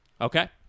Okay